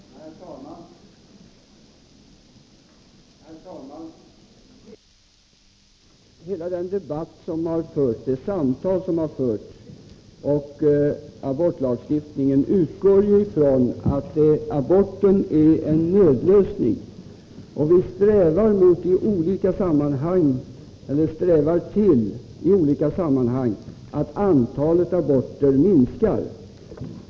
Herr talman! Hela den debatt som har förts, alla de samtal som har förts och abortlagstiftningen utgår ju från att aborten är en nödlösning. Vi strävar i olika sammanhang efter att antalet aborter skall minska.